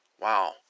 Wow